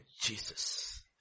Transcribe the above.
Jesus